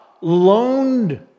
loaned